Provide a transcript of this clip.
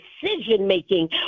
decision-making